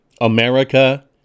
America